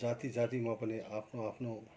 जाति जातिमा पनि आफ्नो आफ्नो